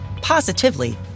positively